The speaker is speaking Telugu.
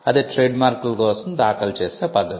అది ట్రేడ్మార్క్ల కోసం దాఖలు చేసే పద్ధతి